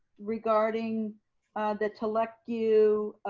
regarding the telacu